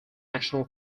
national